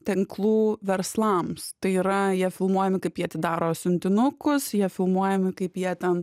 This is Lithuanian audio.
tinklų verslams tai yra jie filmuojami kaip jie atidaro siuntinukus jie filmuojami kaip jie ten